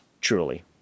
Truly